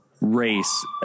race